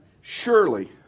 Surely